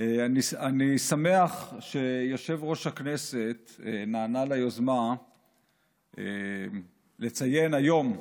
אני שמח שיושב-ראש הכנסת נענה ליוזמה לציין היום,